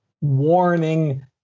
warning